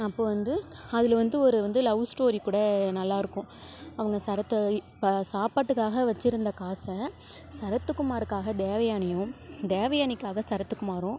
அப்போ வந்து அதில் வந்து ஒரு வந்து லவ் ஸ்டோரி கூட நல்லாருக்கும் அவங்க சரத்தை ப சாப்பாட்டுகாக வச்சிருந்த காஸை சரத்துக்குமாருக்காக தேவயானியும் தேவயானிக்காக சரத்துக்குமாரும்